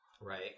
Right